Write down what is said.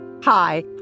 Hi